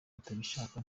batabishaka